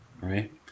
Right